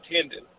tendon